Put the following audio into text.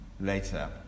later